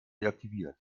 deaktiviert